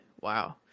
wow